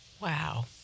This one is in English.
Wow